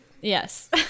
Yes